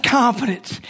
confidence